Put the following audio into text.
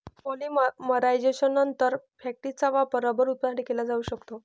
पॉलिमरायझेशननंतर, फॅक्टिसचा वापर रबर उत्पादनासाठी केला जाऊ शकतो